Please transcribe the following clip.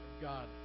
God